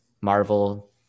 Marvel